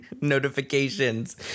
notifications